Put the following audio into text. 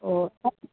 ഓ